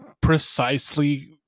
precisely